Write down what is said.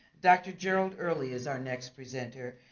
dr. gerald early is our next presenter.